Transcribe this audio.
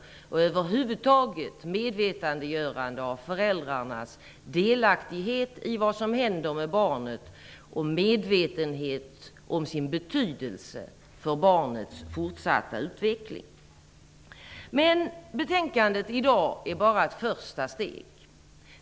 Det skall över huvud taget ske ett medvetandegörande av föräldrarnas delaktighet i vad som händer med barnet och av deras betydelse för barnets fortsatta utveckling. Men dagens betänkande är bara ett första steg.